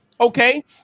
Okay